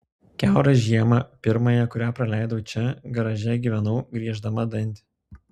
kiaurą žiemą pirmąją kurią praleidau čia garaže gyvenau grieždama dantį